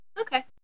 Okay